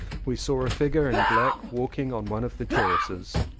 we saw a figure in black walking on one of the ter races.